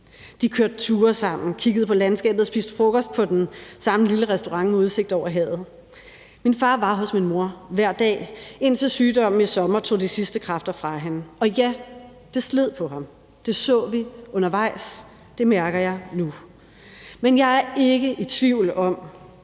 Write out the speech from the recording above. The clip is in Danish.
De kørte ture sammen, kiggede på landskabet og spiste frokost på den samme lille restaurant med udsigt over havet. Min far var hos min mor hver dag, indtil sygdommen i sommer tog de sidste kræfter fra hende. Og ja, det sled på ham. Det så vi undervejs; det mærker jeg nu. Men jeg er ikke i tvivl om,